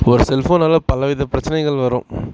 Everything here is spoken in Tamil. ஒரு செல்ஃபோனால் பல வித பிரச்சனைகள் வரும்